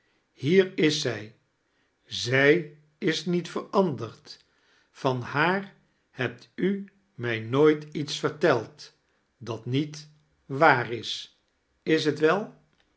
hier is zij zij is niet veranderd van h a a r hebt u mij nooit iets verteld dat niet waar is is t wel